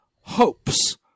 hopes